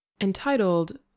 entitled